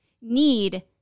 need